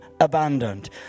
abandoned